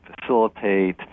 facilitate